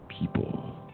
people